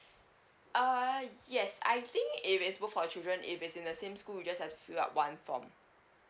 uh yes I think if it's book for children if it's in the same school you just have to fill up one form